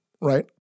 right